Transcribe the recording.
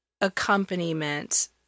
accompaniment